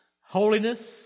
Holiness